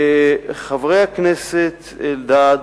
חבר הכנסת אלדד,